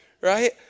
right